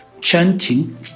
chanting